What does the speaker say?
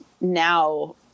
now